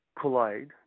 collide